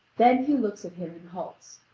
then he looks at him and halts,